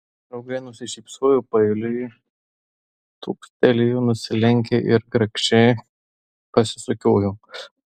draugai nusišypsojo paeiliui tūptelėjo nusilenkė ir grakščiai pasisukiojo